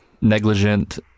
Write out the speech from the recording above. negligent